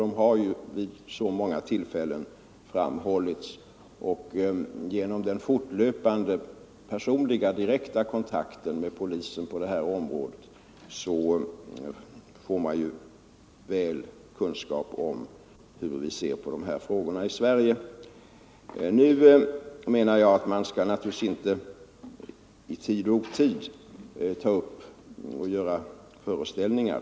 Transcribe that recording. Vi har ju vid så många tillfällen givit uttryck åt våra synpunkter, och genom den fortlöpande personliga direkta kontakten med polisen på det här området får man i Holland god kunskap om hur vi här i Sverige ser på förhållandena. Jag menar att man skall naturligtvis inte i tid och otid göra föreställningar.